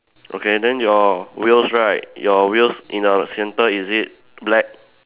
okay then your wheels right your wheels in the centre is it black